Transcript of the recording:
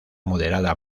moderada